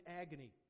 agony